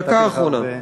נתתי לך הרבה.